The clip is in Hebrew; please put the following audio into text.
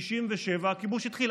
ב-67' הכיבוש התחיל.